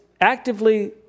actively